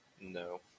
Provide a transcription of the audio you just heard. No